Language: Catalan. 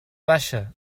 baixa